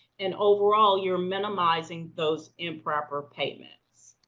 and overall, you're minimizing those improper payments.